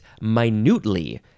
minutely